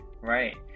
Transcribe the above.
Right